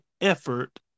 effort